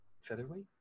featherweight